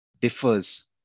differs